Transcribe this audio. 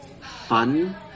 fun